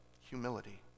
humility